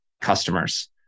customers